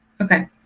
Okay